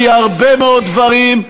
היא הרבה מאוד דברים,